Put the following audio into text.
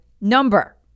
number